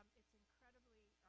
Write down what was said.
it's incredibly,